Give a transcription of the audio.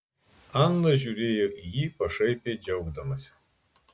ana žiūrėjo į jį pašaipiai džiaugdamasi